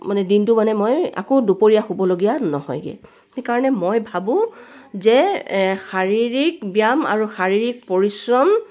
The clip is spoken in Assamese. মানে দিনটো মানে মই আকৌ দুপৰীয়া শুবলগীয়া নহয়গৈ সেইকাৰণে মই ভাবোঁ যে শাৰীৰিক ব্যায়াম আৰু শাৰীৰিক পৰিশ্ৰম